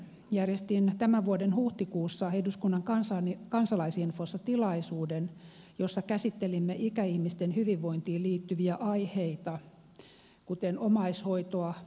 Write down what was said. järjestin tämän vuoden huhtikuussa eduskunnan kansalaisinfossa tilaisuuden jossa käsittelimme ikäihmisten hyvinvointiin liittyviä aiheita kuten omaishoitoa ravitsemusta ja liikuntaa